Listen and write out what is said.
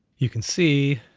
you can see